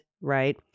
right